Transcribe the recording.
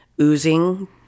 oozing